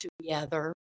together